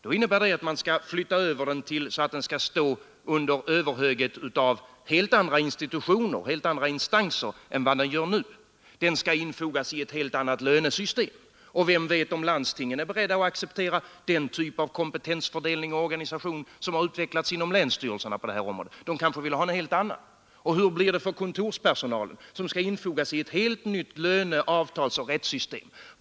Det innebär att den skulle stå under överhöghet av helt andra instanser än den gör nu. Och vem vet om landstingen är beredda att acceptera den typ av kompetensfördelning och organisation som har utvecklats inom länsstyrelserna på det här området? De kanske vill ha en helt annan ordning. Och hur blir det för kontorspersonalen, som skall infogas i ett helt nytt löne-, avtalsoch rättssystem?